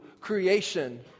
creation